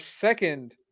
second